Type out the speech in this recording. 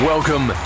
Welcome